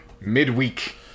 midweek